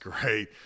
great